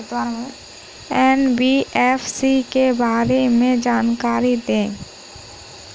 NBFC के बारे में जानकारी दें?